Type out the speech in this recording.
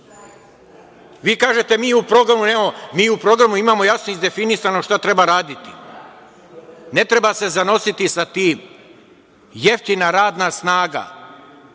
nemamo. Mi u programu imamo jasno izdefinisano šta treba raditi. Ne treba se zanositi sa tim. Jeftina radna snaga,